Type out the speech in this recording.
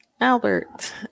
Albert